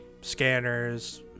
Scanners